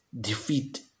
defeat